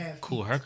cool